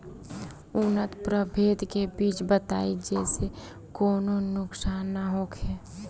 उन्नत प्रभेद के बीज बताई जेसे कौनो नुकसान न होखे?